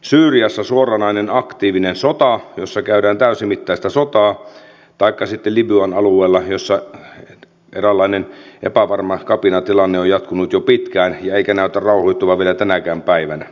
syyriassa suoranainen aktiivinen sota täysimittainen sodankäynti taikka sitten libyan alueella eräänlainen epävarma kapinatilanne on jatkunut jo pitkään eikä näytä rauhoittuvan vielä tänäkään päivänä